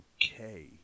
okay